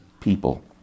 people